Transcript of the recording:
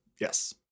yes